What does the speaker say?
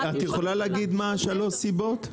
את יכולה להגיד מהן שלוש הסיבות?